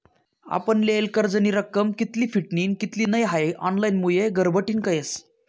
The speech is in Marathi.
आपण लेयेल कर्जनी रक्कम कित्ली फिटनी कित्ली नै हाई ऑनलाईनमुये घरबठीन कयस